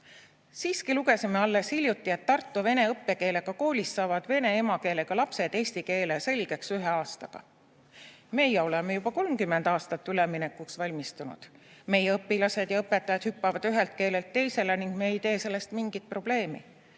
Siiski lugesime alles hiljuti, et Tartu vene õppekeelega koolis saavad vene emakeelega lapsed eesti keele selgeks ühe aastaga. "Me oleme juba 30 aastat üleminekuks valmistunud. Meie õpilased ja õpetajad hüppavad ühelt keelelt teisele ning me ei tee sellest mingit probleemi.